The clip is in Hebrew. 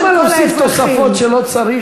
למה להוסיף תוספות שלא צריך?